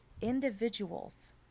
Individuals